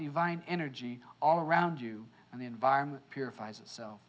divine energy all around you and the environment purifies